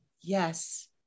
Yes